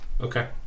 Okay